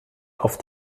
auf